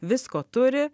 visko turi